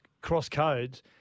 cross-codes